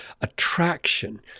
attraction